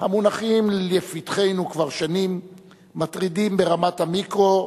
המונחים לפתחנו כבר שנים מטרידים ברמת המיקרו,